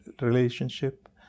relationship